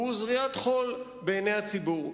הוא זריית חול בעיני הציבור.